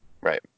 right